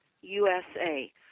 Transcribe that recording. USA